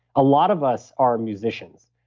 a lot of us are musicians.